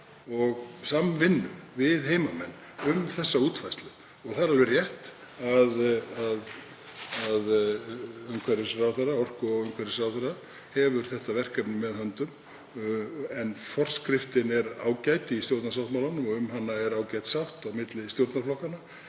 og samvinnu við heimamenn um þessa útfærslu. Það er alveg rétt að orku- og umhverfisráðherra hefur þetta verkefni með höndum. En forskriftin er ágæt í stjórnarsáttmálanum og um hana er ágæt sátt á milli stjórnarflokkanna.